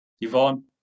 Yvonne